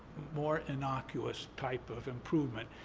more innocuous type of improvement?